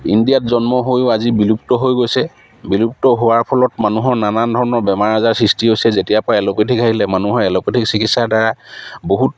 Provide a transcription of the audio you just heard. ইণ্ডিয়াত জন্ম হৈয়ো আজি বিলুপ্ত হৈ গৈছে বিলুপ্ত হোৱাৰ ফলত মানুহৰ নানান ধৰণৰ বেমাৰ আজাৰ সৃষ্টি হৈছে যেতিয়াৰপৰা এল'পেথিক আহিলে মানুহৰ এল'পেথিক চিকিৎসাৰদ্বাৰা বহুত